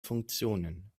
funktionen